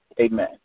Amen